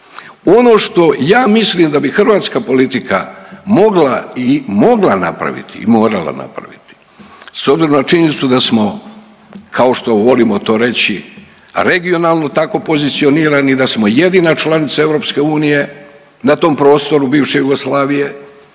Ono što ja mislim da bi hrvatska politika mogla i mogla napraviti i morala napraviti s obzirom na činjenicu da smo kao što volimo to reći, regionalno tako pozicionirani da smo jedina članica EU na tom prostoru bivše Jugoslavije,